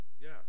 Yes